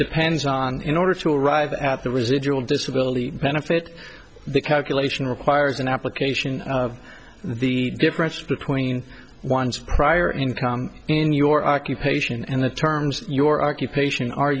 depends on in order to arrive at the residual disability benefit the calculation requires an application the difference between one's prior income in your occupation and the terms your occupation are